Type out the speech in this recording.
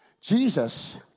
Jesus